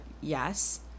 yes